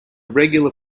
regular